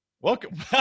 welcome